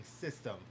system